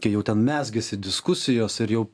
kai jau ten mezgėsi diskusijos ir jau